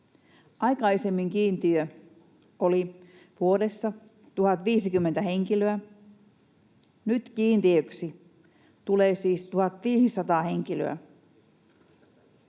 Aikaisemmin kiintiö oli vuodessa 1 050 henkilöä, nyt kiintiöksi tulee siis 1 500 henkilöä.